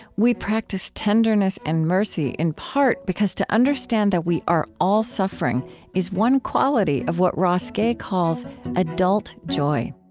we practice tenderness and mercy in part because to understand that we are all suffering is one quality of what ross gay calls adult joy.